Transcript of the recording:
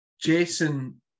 Jason